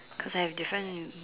cause I have different